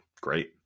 great